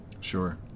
Sure